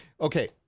okay